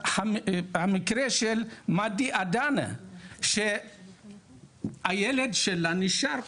המקרה של מדי אדנה שהילד שלה נשאר,